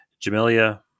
jamelia